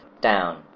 down